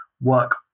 work